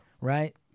Right